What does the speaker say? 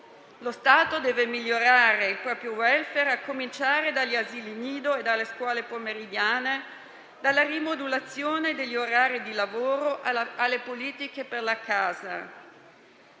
Lo Stato deve migliorare il proprio *welfare*, a cominciare dagli asili nido e dalle scuole pomeridiane, dalla rimodulazione degli orari di lavoro fino alle politiche per la casa,